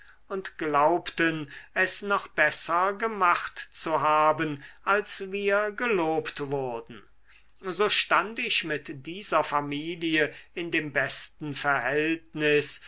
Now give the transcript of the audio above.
und glaubten es noch besser gemacht zu haben als wie wir gelobt wurden so stand ich mit dieser familie in dem besten verhältnis